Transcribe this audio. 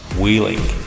wheeling